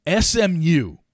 SMU